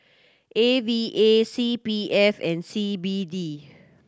A V A C P F and C B D